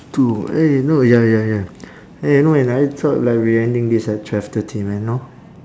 two eh no ya ya ya eh you know and I thought like we ending this at twelve thirty man know